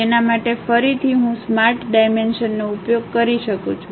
તેના માટે ફરીથી હું સ્માર્ટ ડાયમેન્શનનો ઉપયોગ કરી શકું છું